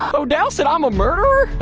ah odell said i'm a murderer?